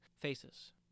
faces